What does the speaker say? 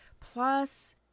Plus